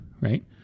right